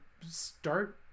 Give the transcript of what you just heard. start